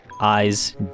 eyes